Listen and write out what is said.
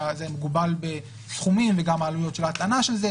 שזה מוגבל בסכומים וגם עלויות של הטענה של זה,